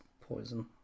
poison